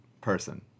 person